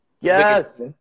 Yes